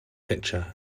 pitcher